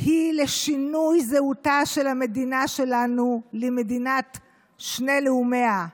הן לשינוי זהותה של המדינה שלנו למדינת שני לאומיה,